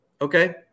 okay